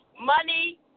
Money